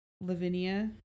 Lavinia